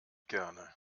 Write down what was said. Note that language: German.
gerne